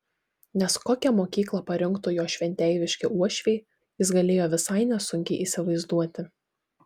nes kokią mokyklą parinktų jo šventeiviški uošviai jis galėjo visai nesunkiai įsivaizduoti